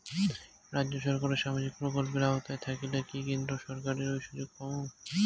রাজ্য সরকারের সামাজিক প্রকল্পের আওতায় থাকিলে কি কেন্দ্র সরকারের ওই সুযোগ পামু?